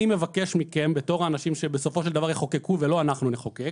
אני מבקש מכם כאנשים שבסופו של דבר יחוקקו ולא אנחנו נחוקק,